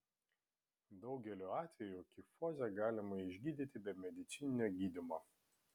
daugeliu atvejų kifozę galima išgydyti be medicininio gydymo